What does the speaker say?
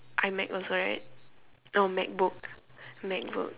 iMac also right oh MacBook MacBook